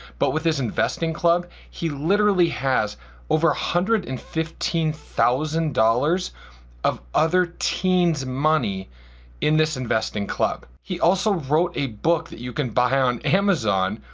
but with his investing club, he literally has over one hundred and fifteen thousand dollars of other teens money in this investing club. he also wrote a book that you can buy on amazon,